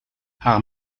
haar